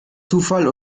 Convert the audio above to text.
zufall